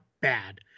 bad